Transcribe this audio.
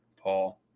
Paul